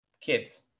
kids